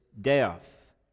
death